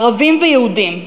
ערבים ויהודים.